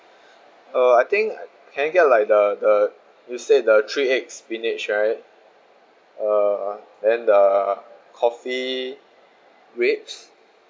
uh I think can I get like the the you said the three egg spinach right uh then the coffee ribs